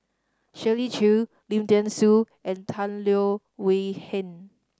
Shirley Chew Lim Thean Soo and Tan Leo Wee Hin